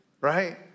Right